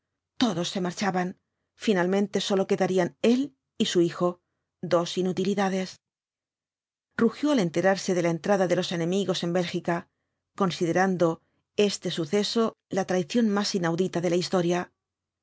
todos se marchaban finalmente sólo quedarían él y su hijo dos inutilidades rugió al enterarse de la entrada de los enemigos en bélgica considerando este suceso la traición más inaudita de la historia